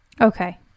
Okay